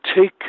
take